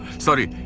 sorry.